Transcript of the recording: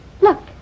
Look